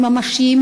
הם ממשיים,